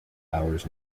hours